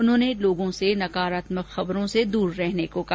उन्होंने लोगों से नकारात्मक खबरों से दूर रहने को कहा